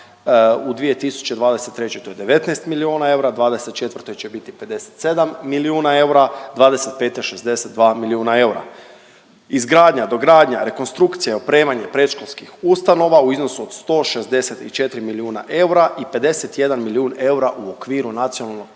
u 2023. to je 19 milijuna eura, 2024. će biti 57 milijuna eura, 2025. 62 milijuna eura. Izgradnja, dogradnja, rekonstrukcija i opremanje predškolskih ustanova u iznosu od 164 milijuna eura i 51 milijun eura u okviru Nacionalnog plana